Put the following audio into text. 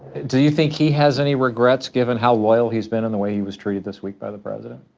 do you think he has any regrets given how loyal he's been and the way he was treated this week by the president?